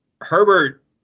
Herbert